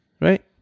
right